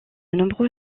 nombreux